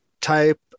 type